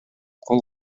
кол